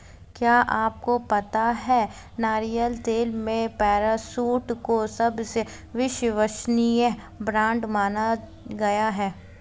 क्या आपको पता है नारियल तेल में पैराशूट को सबसे विश्वसनीय ब्रांड माना गया है?